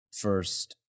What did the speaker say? first